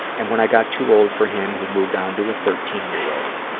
and when i got too old for him, he moved on to a thirteen year old.